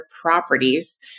properties